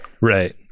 Right